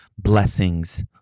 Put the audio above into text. Blessings